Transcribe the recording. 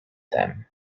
them